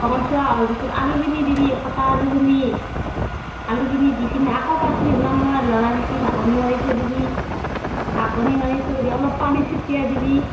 ৰংচোৱা হোৱাৰ পিছত আলুখিনি দিবি কটা আলুখিনি আলুখিনি দি কিনে আকৌ পাঁচ মিনিটমান সময় লৰাই থাকি ঢাকনি মাৰি থৈ দিবি ঢাকনি মাৰি থৈ দি অলপ পানী চতিয়াই দিবি